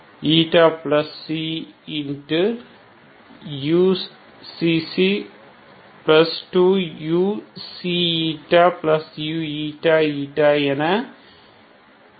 இது uyy2uu2uξξ2uξηuηη என இருக்கப் போகிறது